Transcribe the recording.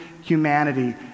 humanity